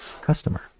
customer